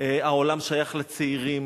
העולם שייך לצעירים,